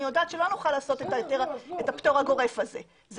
אני יודעת שלא נוכל לעשות את הפטור הגורף הזה.